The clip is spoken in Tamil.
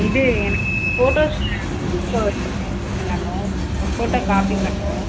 இது எனக்கு ஃபோட்டோ ஸ்டூடியோவில் ஃபோட்டோ இது பண்ணணும் ஃபோட்டோ காப்பி பண்ணணும்